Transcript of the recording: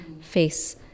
face